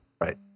Right